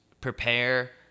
prepare